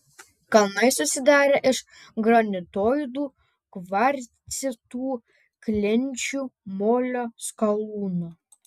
kalnai susidarę iš granitoidų kvarcitų klinčių molio skalūnų